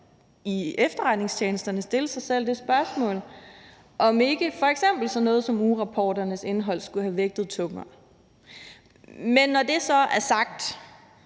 i efterretningstjenesterne burde stille sig selv det spørgsmål, om ikke f.eks. sådan noget som ugerapporternes indhold skulle have vejet tungere. Men når det så er sagt,